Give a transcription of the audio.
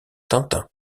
tintin